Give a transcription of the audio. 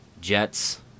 Jets –